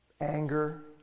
Anger